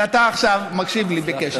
ואתה עכשיו מקשיב לי בקשב.